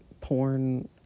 porn